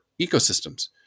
ecosystems